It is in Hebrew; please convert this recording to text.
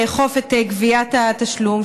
לגבות את גביית התשלום,